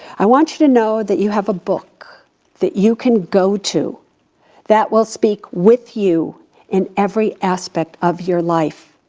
i want you to know that you have a book that you can go to that will speak with you in every aspect of your life.